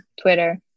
Twitter